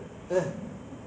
就是那个